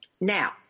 Now